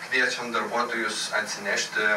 kviečiam darbuotojus atsinešti